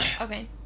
Okay